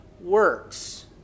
works